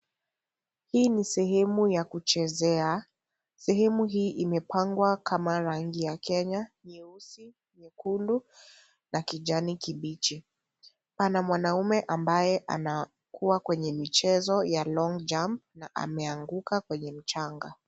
Hii ni sehemu ya kuchezea. Sehemu hii imepangwa kama rangi ya Kenya nyeusi, nyekundu na kijani kibichi. Pana mwanaume ambaye anakuwa kwenye michezo ya long jumb na ameanguka kwenye mchanga.